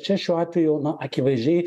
čia šiuo atveju na akivaizdžiai